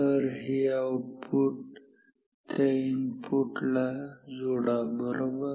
तर हे आउटपुट त्या इनपुट ला जोडा बरोबर